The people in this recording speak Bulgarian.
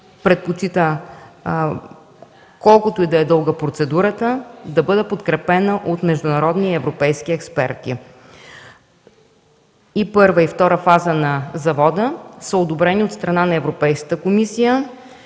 процедурата колкото и да е дълга да бъде подкрепена от международни и европейски експерти. И първа, и втора фаза на завода са одобрени от страна на Европейската комисия,